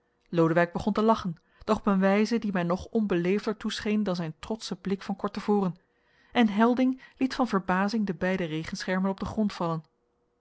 lodewijk begon te lachen doch op een wijze die mij nog onbeleefder toescheen dan zijn trotsche blik van kort te voren en helding liet van verbazing de beide regenschermen op den grond vallen